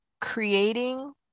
creating